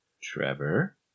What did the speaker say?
Trevor